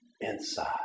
inside